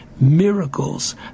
miracles